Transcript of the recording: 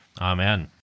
Amen